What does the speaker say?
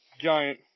Giant